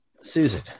Susan